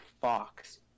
Fox